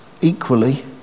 equally